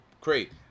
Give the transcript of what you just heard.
great